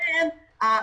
גרוש.